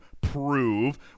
prove